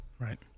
right